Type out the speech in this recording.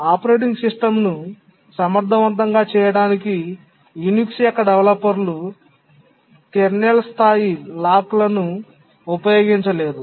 operating సిస్టమ్ను సమర్థవంతంగా చేయడానికి యునిక్స్ యొక్క డెవలపర్లు కెర్నల్ స్థాయి తాళాలను ఉపయోగించలేదు